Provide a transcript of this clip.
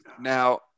Now